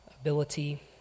ability